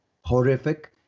horrific